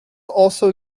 also